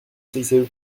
cice